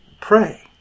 pray